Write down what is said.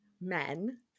men